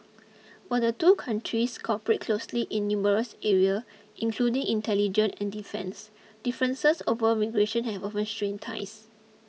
while the two countries cooperate closely in numerous area including intelligence and defence differences over migration have often strained ties